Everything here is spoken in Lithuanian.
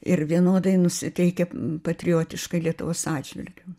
ir vienodai nusiteikę patriotiškai lietuvos atžvilgiu